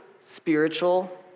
spiritual